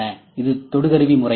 இது தொடு கருவி முறையாகும்